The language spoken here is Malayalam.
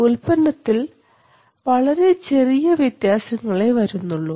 ഉൽപ്പന്നത്തിൽ വളരെ ചെറിയ വ്യത്യാസങ്ങളെ വരുന്നുള്ളൂ